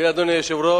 כבוד אדוני היושב-ראש,